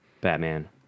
Batman